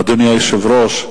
אדוני היושב-ראש,